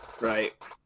Right